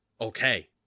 Okay